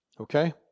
Okay